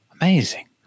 Amazing